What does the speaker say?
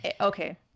okay